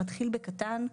שמתחיל בקטן,